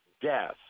death